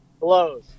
blows